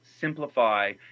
simplify